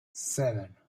seven